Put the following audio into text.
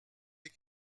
des